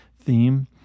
theme